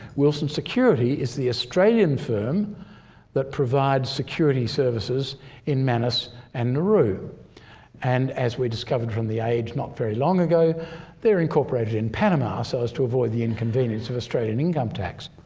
wilson security is the australian firm that provides security services in manus and nauru and as we discovered from the age not very long ago they're incorporated in panama so as to avoid the inconvenience of australian income tax.